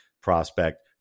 prospect